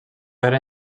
era